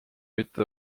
mitte